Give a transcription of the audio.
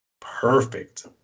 perfect